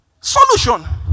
Solution